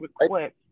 request